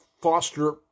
foster